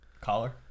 collar